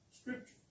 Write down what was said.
scripture